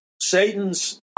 Satan's